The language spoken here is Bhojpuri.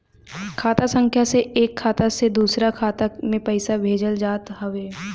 खाता संख्या से एक खाता से दूसरा खाता में पईसा भेजल जात हवे